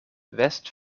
west